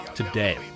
Today